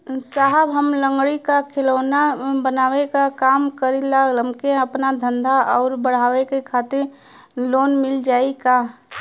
साहब हम लंगड़ी क खिलौना बनावे क काम करी ला हमके आपन धंधा अउर बढ़ावे के खातिर लोन मिल जाई का?